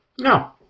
No